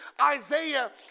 Isaiah